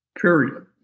period